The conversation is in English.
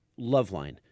Loveline